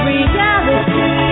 Reality